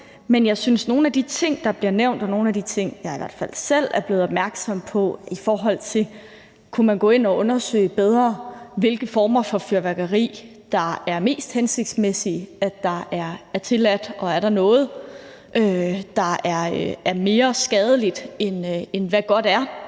er åben over for nogle af de ting, der bliver nævnt, og jeg er også selv blevet opmærksom på nogle ting, i forhold til om man kunne gå ind og undersøge, hvilke former for fyrværkeri, som det er mest hensigtsmæssigt er tilladt, og om der er noget, der er mere skadeligt, end hvad godt er